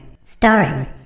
Starring